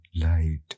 light